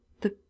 The